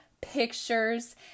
pictures